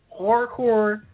hardcore